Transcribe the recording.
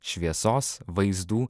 šviesos vaizdų